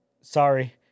Sorry